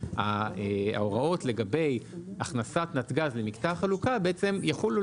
שההוראות לגבי הכנסת נתג"ז למקטע החלוקה יחולו